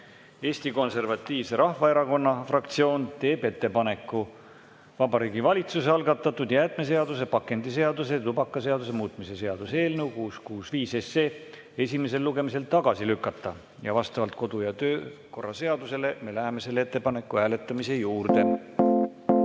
Eesti Konservatiivse Rahvaerakonna fraktsioon teeb ettepaneku Vabariigi Valitsuse algatatud jäätmeseaduse, pakendiseaduse ja tubakaseaduse muutmise seaduse eelnõu 665 esimesel lugemisel tagasi lükata. Vastavalt kodu- ja töökorra seadusele me läheme selle ettepaneku hääletamise juurde.